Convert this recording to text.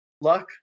luck